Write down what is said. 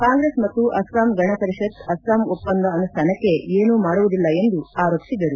ಕಾಂಗ್ರೆಸ್ ಮತ್ತು ಅಸ್ಲಾಂ ಗಣ ಪರಿಷತ್ ಅಸ್ಲಾಂ ಒಪ್ಪಂದ ಅನುಷ್ಠಾನಕ್ಕೆ ಏನೂ ಮಾಡುವುದಿಲ್ಲ ಎಂದು ಆರೋಪಿಸಿದರು